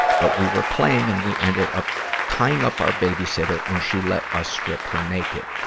but we were playing, and we ended up tying up our babysitter and she let us strip her naked.